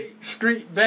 street